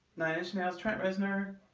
nine inch nails trent reznor.